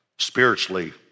spiritually